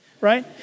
right